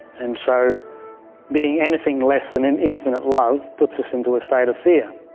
and so being anything less than an infinite love puts us into a state of fear.